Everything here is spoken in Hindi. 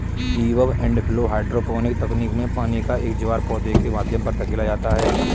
ईबब एंड फ्लो हाइड्रोपोनिक तकनीक में पानी का एक ज्वार पौधे के माध्यम पर धकेला जाता है